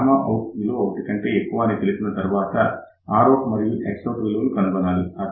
gamma out విలువ 1 కంటే ఎక్కువ అని తెలిసిన తరువాత Rout మరియు Xout విలువలు కనుగొనాలి